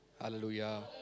Hallelujah